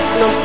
no